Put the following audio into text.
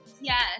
Yes